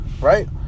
right